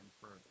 further